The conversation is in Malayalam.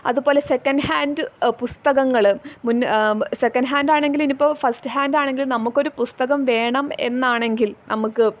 അതുപോലെ സെക്കൻഡ് ഹാൻഡ് പുസ്തകങ്ങൾ മു ന്നെ സെക്കൻഡ് ഹാൻഡാണെങ്കിൽ ഇനിയിപ്പോൾ ഫസ്റ്റ് ഹാൻഡാണെങ്കിലും നമ്മൾക്കൊരു പുസ്തകം വേണം എന്നാണെങ്കിൽ നമ്മൾക്ക്